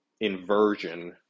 inversion